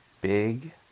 big